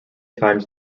times